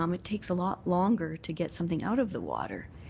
um it takes a lot longer to get something out of the water.